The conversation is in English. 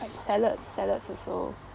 like salad salads also